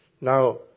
Now